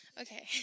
Okay